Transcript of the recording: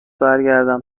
برگردم